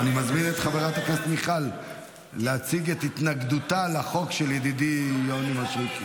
אני מזמין את חברת הכנסת להציג את התנגדותה לחוק של ידידי יוני מישרקי.